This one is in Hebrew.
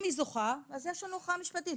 אם היא זוכה אז יש לנו ערכאה משפטית,